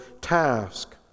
task